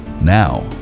Now